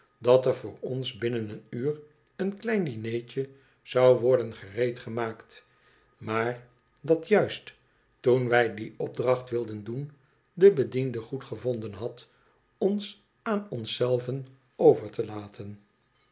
dat er voor ons binnen een uur een klein dinertje zou worden gereedgemaakt maar dat juist toen wij die opdracht wilden doen de bediende goed gevonden had ons aan ons zelven over to laten